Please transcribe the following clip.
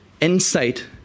insight